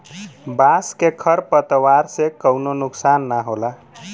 बांस के खर पतवार से कउनो नुकसान ना होला